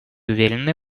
уверены